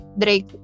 Drake